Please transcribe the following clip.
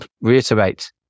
reiterate